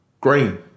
Green